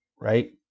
right